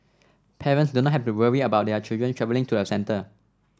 parents do not have to worry about their children travelling to a centre